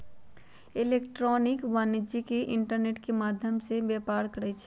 electronic वाणिज्य internet के माध्यम से व्यापार करइ छै